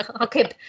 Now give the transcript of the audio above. Okay